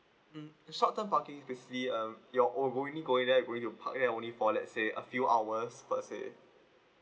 mm the short term parking basically um you already going there going to park there only for let's say a few hours per se